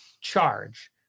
charge